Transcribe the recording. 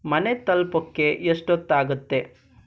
ಮನೆ ತಲುಪೋಕ್ಕೆ ಎಷ್ಟೊತ್ತಾಗತ್ತೆ